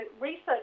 research